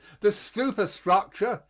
the superstructure,